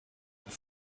not